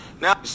now